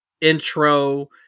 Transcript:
intro